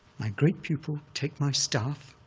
my great pupil, take my staff.